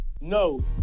No